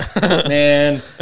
Man